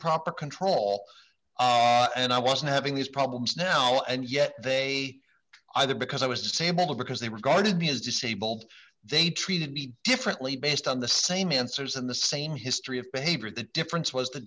proper control and i wasn't having these problems now and yet they either because i was disabled because they regarded me as disabled they treated b differently based on the same answers and the same history of behavior the difference was the